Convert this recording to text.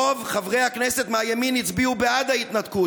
רוב חברי הכנסת מהימין הצביעו בעד ההתנתקות.